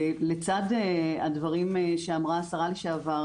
ולצד הדברים שאמרה השרה לשעבר,